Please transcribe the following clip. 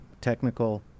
technical